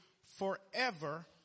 forever